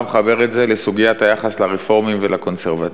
מחבר את זה לסוגיית היחס לרפורמים ולקונסרבטיבים,